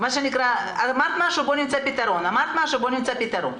אמרת משהו בואו נמצא פתרון,